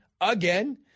again